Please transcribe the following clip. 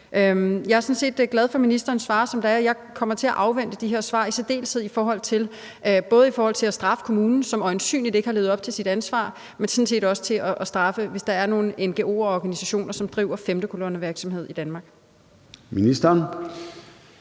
set glad for, at ministeren svarer, som han gør. Jeg kommer til at afvente de her svar – både i forhold til at straffe kommunen, som øjensynligt ikke har levet op til sit ansvar, men sådan set også, i forhold til at straffe nogle ngo'er og organisationer, hvis de driver femtekolonnevirksomhed i Danmark. Kl.